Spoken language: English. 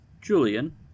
Julian